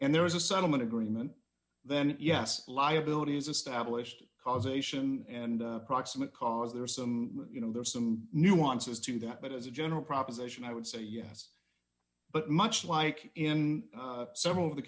and there was a settlement agreement then yes liability is established causation and proximate cause there is some you know there are some nuances to that but as a general proposition i would say yes but much like in several of the